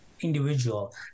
individual